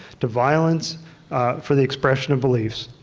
to violence for the expression of beliefs,